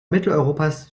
mitteleuropas